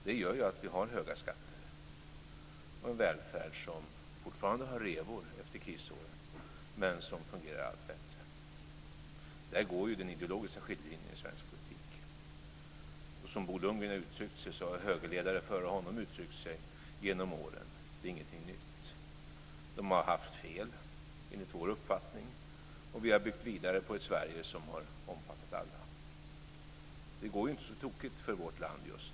Det gör ju att vi har höga skatter och en välfärd som fortfarande har revor efter krisåren men som fungerar allt bättre. Där går den ideologiska skiljelinjen i svensk politik. Som Bo Lundgren har uttryckt sig har högerledare före honom uttryckt sig genom åren. Det är ingenting nytt. De har haft fel, enligt vår uppfattning. Och vi har byggt vidare på ett Sverige som har omfattat alla. Det går ju inte så tokigt för vårt land just nu.